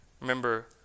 Remember